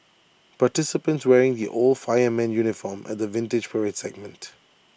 participants wearing the old fireman's uniform at the Vintage Parade segment